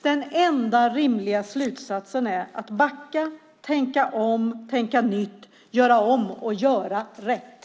Den enda rimliga slutsatsen är att backa, tänka om, tänka nytt, göra om och göra rätt!